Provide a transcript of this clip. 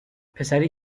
پسری